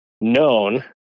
known